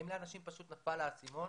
האם לאנשים פשוט נפל האסימון